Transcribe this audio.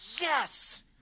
Yes